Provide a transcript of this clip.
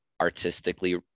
artistically